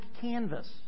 canvas